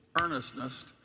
earnestness